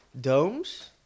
domes